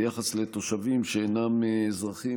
ביחס לתושבים שאינם אזרחים,